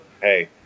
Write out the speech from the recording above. hey